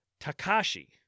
Takashi